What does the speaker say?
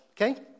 Okay